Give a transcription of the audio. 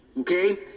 Okay